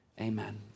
amen